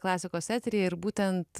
klasikos eteryje ir būtent